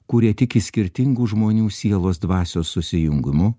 kurie tiki skirtingų žmonių sielos dvasios susijungimu